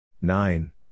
nine